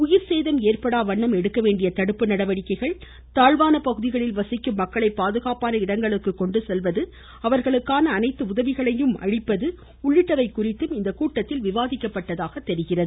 உயிர்சேதம் ஏற்படா வண்ணம் எடுக்க வேண்டிய தடுப்பு நடவடிக்கைகள் தாழ்வான பகுதிகளில் வசிக்கும் மக்களை பாதுகாப்பான இடங்களுக்கு கொண்டு செல்வது அவர்களுக்கான அனைத்து உதவிகளையும் வழங்குவது உள்ளிட்டவை குறித்து இந்த கூட்டத்தில் விவாதிக்கப்பட்டதாக தெரிகிறது